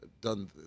done